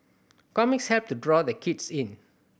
comics help to draw the kids in